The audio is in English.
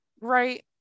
Right